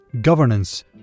governance